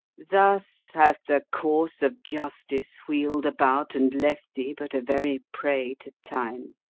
thus hath the course of justice wheel'd about and left thee but a very prey to time